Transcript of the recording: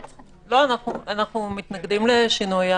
לא, אנחנו מתנגדים לשינוי ההוראה.